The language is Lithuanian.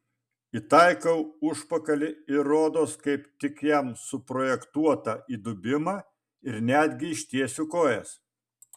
įtaikau užpakalį į rodos kaip tik jam suprojektuotą įdubimą ir netgi ištiesiu kojas